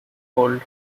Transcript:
called